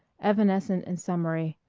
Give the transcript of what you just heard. evanescent and summery,